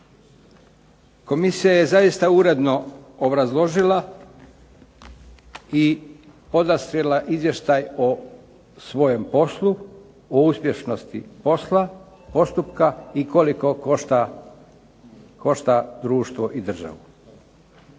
Komisija je zaista uredno obrazložila i podastrijela izvještaj o svojem poslu, o uspješnosti posla, postupka i koliko košta društvo i državu.